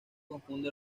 confunde